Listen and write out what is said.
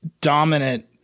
dominant